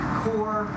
core